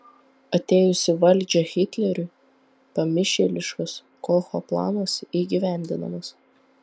atėjus į valdžią hitleriui pamišėliškas kocho planas įgyvendinamas